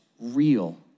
real